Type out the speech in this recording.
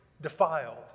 defiled